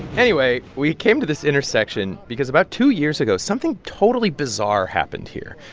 anyway, we came to this intersection because about two years ago, something totally bizarre happened here.